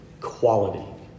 quality